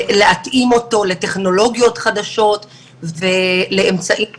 צריך להתאים אותו לטכנולוגיות חדשות ולאמצעים חדשים.